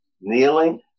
Kneeling